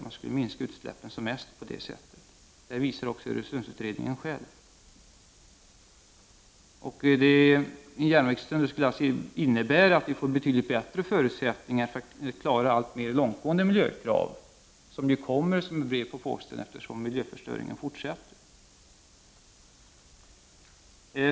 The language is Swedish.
Man skulle minska utsläppen som mest på det sättet. Det visar också Öresundsutredningen själv. En järnvägstunnel skulle alltså innebära betydligt bättre förutsättningar för att klara alltmer långtgående miljökrav, som ju kommer som ett brev på posten, eftersom miljöförstöringen fortsätter.